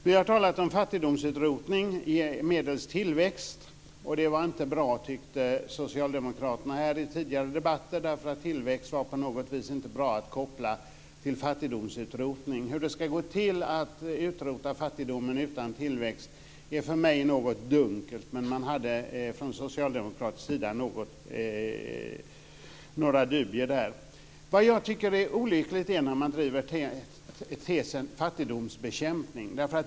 Vi har talat om fattigdomsutrotning medelst tillväxt, och det var inte bra tyckte Socialdemokraterna i tidigare debatter därför att tillväxt är inte bra att koppla till fattigdomsutrotning. Hur det ska gå till att utrota fattigdomen utan tillväxt är för mig något dunkelt, men från Socialdemokraterna hade man några dubier där. Vad jag tycker är olyckligt är att man driver tesen fattigdomsbekämpning.